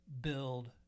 build